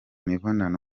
mibonano